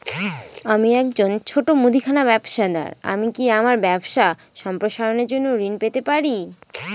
আমি একজন ছোট মুদিখানা ব্যবসাদার আমি কি আমার ব্যবসা সম্প্রসারণের জন্য ঋণ পেতে পারি?